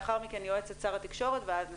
לאחר מכן יועצת שר התקשורת ואז נסכם.